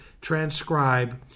transcribe